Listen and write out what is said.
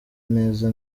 neza